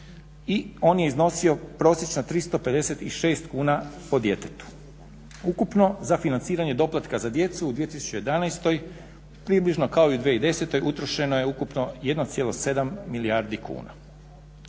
i on je iznosio prosječno 356 kuna po djetetu. Ukupno za financiranje doplatka za djecu u 2011., približno kao i u 2010. utrošeno je ukupno 1,7 milijardi kuna.